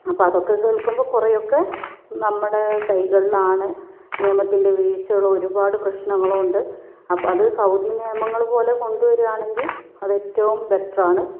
അപ്പോൾ അതൊക്കെ കേൾക്കുമ്പോൾ കുറേയൊക്കെ നമ്മുടെ കൈകളിലാണ് നിയമത്തിൻ്റെ വീഴ്ചകൾ ഒരുപാട് പ്രശ്നങ്ങൾ ഉണ്ട് അപ്പോൾ അത് സൗദി നിയമങ്ങൾ പോലെ കൊണ്ടു വരികയാണെങ്കിൽ അത് ഏറ്റവും ബെറ്റർ ആണ്